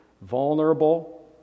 vulnerable